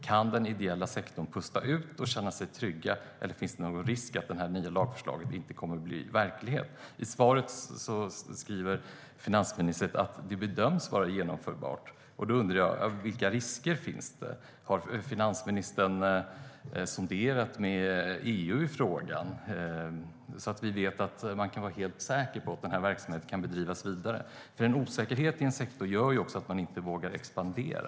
Kan den ideella sektorn pusta ut och känna sig trygg, eller finns det någon risk för att det nya lagförslaget inte kommer att bli verklighet? I svaret säger finansministern att det bedöms vara genomförbart, och då undrar jag: Vilka risker finns det? Har finansministern sonderat hos EU i frågan så att vi kan vara helt säkra på att denna verksamhet kan bedrivas vidare? Osäkerhet i en sektor gör att man inte vågar expandera.